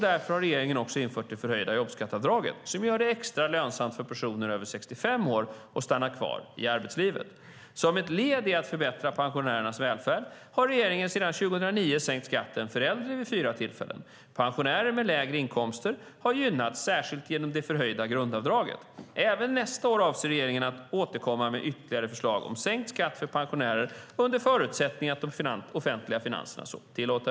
Därför har regeringen också infört det förhöjda jobbskatteavdraget, som gör det extra lönsamt för personer över 65 år att stanna kvar i arbetslivet. Som ett led i att förbättra pensionärernas välfärd har regeringen sedan 2009 sänkt skatten för äldre vid fyra tillfällen. Pensionärer med lägre inkomster har gynnats särskilt genom det förhöjda grundavdraget. Även nästa år avser regeringen att återkomma med ytterligare förslag om sänkt skatt för pensionärer under förutsättning att de offentliga finanserna så tillåter.